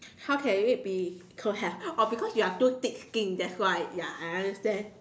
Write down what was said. how can it be don't have oh because you are too thick skin that's why ya I understand